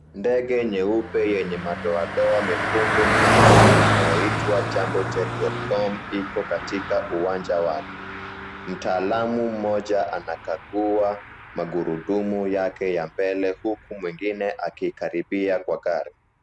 Ndege nyeupe yenye madoadoa mekundu mkiani inayoitwa Jambojet.com iko katika uwanja wake. Mtaalamu mmoja anakaguwa magurudumu yake ya mbele huku mwingine akikaribia kwa gari.